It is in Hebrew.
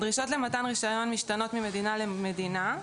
הדרישות למתן רישיון משתנות ממדינה למדינה,